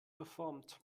verformt